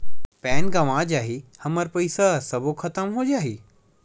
Pan गंवा जाही हमर पईसा सबो खतम हो जाही?